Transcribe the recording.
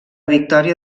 victòria